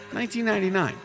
1999